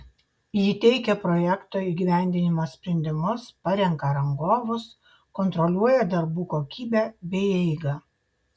ji teikia projekto įgyvendinimo sprendimus parenka rangovus kontroliuoja darbų kokybę bei eigą